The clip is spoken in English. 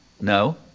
No